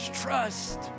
Trust